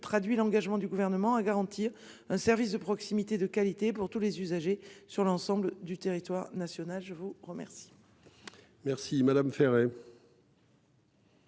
traduit l'engagement du gouvernement à garantir un service de proximité de qualité pour tous les usagers sur l'ensemble du territoire national. Je vous remercie.